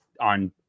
on